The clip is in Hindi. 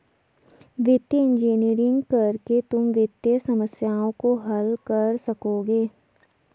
वित्तीय इंजीनियरिंग करके तुम वित्तीय समस्याओं को हल कर सकोगे